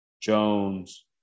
Jones